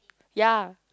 ya